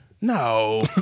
No